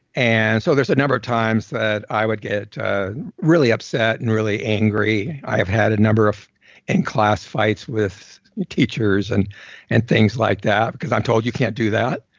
and so there's a number of times that i would get really upset and really angry, i have had a number of in-class fights with teachers and and things like that because i'm told you can't do that